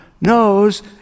knows